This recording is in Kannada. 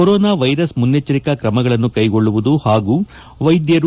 ಕೊರೊನಾ ವೈರಸ್ ಮುನ್ನೆಚ್ಚರಿಕಾ ಕ್ರಮಗಳನ್ನ ಕೈಗೊಳ್ಳುವುದು ಹಾಗೂ ವೈದ್ಧರ